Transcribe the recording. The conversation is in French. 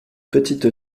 petite